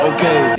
Okay